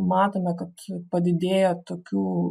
matome kad padidėja tokių